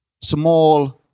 small